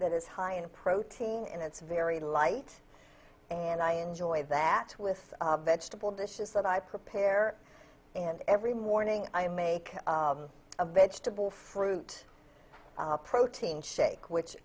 that is high in protein and it's very light and i enjoy that with vegetable dishes that i prepare and every morning i make a vegetable fruit a protein shake which